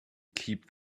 keep